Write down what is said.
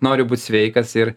nori būt sveikas ir